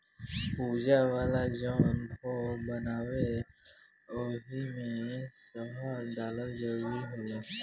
पूजा वाला जवन भोग बनेला ओइमे शहद डालल जरूरी होला